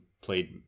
played